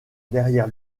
derrière